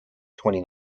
twenty